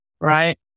right